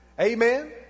Amen